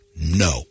No